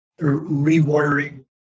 rewiring